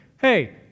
hey